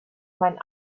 mein